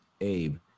Abe